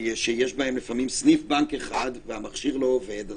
שיש בהם לפעמים סניף בנק אחד והמכשיר לא עובד,